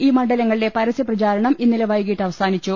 ഈ മണ്ഡലങ്ങളിലെ പരസ്യ പ്രചാരണം ഇന്നലെ വൈകീട്ട് അവ സാ നി ച്ചു